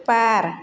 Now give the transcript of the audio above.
बार